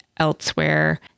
elsewhere